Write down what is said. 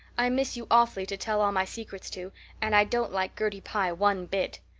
i miss you awfully to tell all my secrets to and i don't like gertie pye one bit.